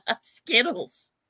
Skittles